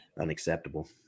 unacceptable